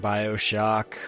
Bioshock